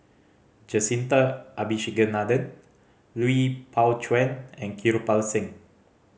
Jacintha Abisheganaden Lui Pao Chuen and Kirpal Singh